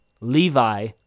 Levi